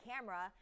camera